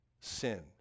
sin